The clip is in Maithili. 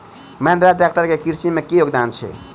महेंद्रा ट्रैक्टर केँ कृषि मे की योगदान छै?